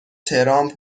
ترامپ